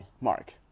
Mark